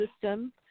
system